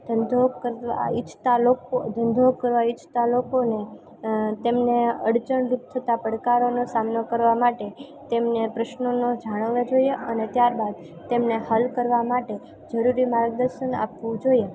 ધંધો કરવા ઇચ્છતા લોકો ધંધો કરવા ઇચ્છતા લોકોને તેમને અડચણ રૂપ થતાં પડકારોનો સામનો કરવા માટે તેમને પ્રશ્નોનો જણાવા જોઈએ અને ત્યારબાદ તેમને હલ કરવા માટે જરૂરી માર્ગદર્શન આપવું જોઈએ